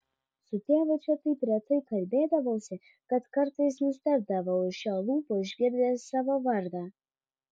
su tėvu čia taip retai kalbėdavausi kad kartais nustebdavau iš jo lūpų išgirdęs savo vardą